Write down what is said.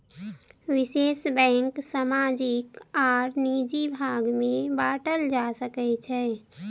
निवेश बैंक सामाजिक आर निजी भाग में बाटल जा सकै छै